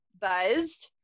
buzzed